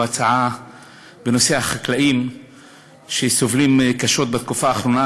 הצעה בנושא החקלאים שסובלים קשות בתקופה האחרונה,